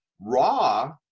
raw